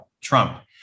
Trump